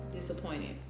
disappointed